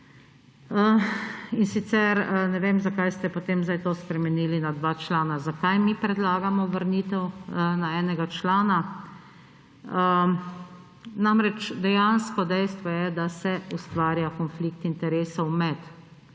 In sicer ne vem, zakaj ste potem zdaj to spremenili na dva člana. Zakaj mi predlagamo vrnitev na enega člana? Dejstvo je, da se ustvarja konflikt interesov, pa če